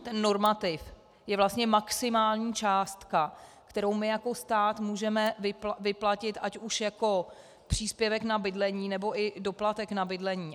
Ten normativ je vlastně maximální částka, kterou my jako stát můžeme vyplatit ať už jako příspěvek na bydlení, nebo i doplatek na bydlení.